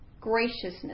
graciousness